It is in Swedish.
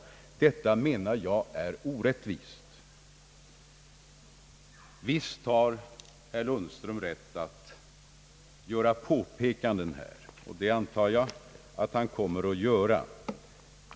Detta menar jag är orättvist. Visst har herr Lundström rätt att göra påpekanden här, och det antar jag att han kommer att göra också i fortsättningen.